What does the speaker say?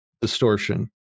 distortion